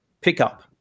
pickup